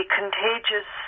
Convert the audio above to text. contagious